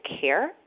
care